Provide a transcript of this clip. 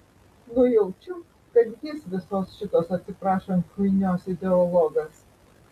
nujaučiu kad jis visos šitos atsiprašant chuinios ideologas